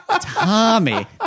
Tommy